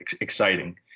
exciting